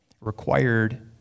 required